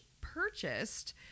purchased